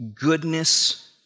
goodness